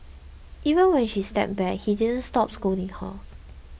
even when she stepped back he didn't stop scolding her